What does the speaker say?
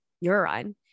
urine